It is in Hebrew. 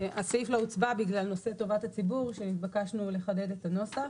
הסעיף לא הוצבע בגלל נושא טובת הציבור שנתבקשנו לחדד את הנוסח.